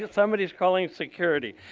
somebody's calling security.